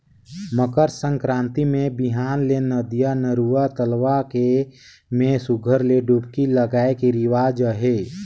मकर संकरांति मे बिहान ले नदिया, नरूवा, तलवा के में सुग्घर ले डुबकी लगाए के रिवाज अहे